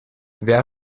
wer